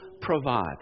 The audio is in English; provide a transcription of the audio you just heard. provide